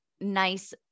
nice